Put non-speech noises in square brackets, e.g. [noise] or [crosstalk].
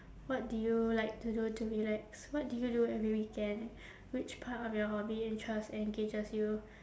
what do you like to do to relax what do you do every weekend [breath] which part of your hobby interest and engages you